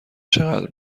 چقدر